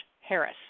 Harris